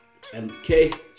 MK